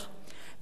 בהתאם לכך,